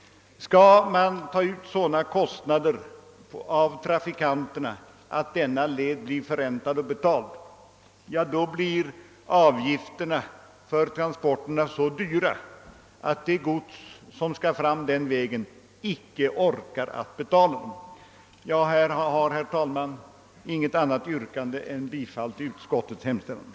Skulle man ta ut sådana kostnader av trafikanterna att denna led skall betala och förränta sig, blir transporterna så lyra att det gods som skall forslas denna väg icke förmår betala dem. Herr talman! Jag har inget annat yrkande än om bifall till utskottets hemställan.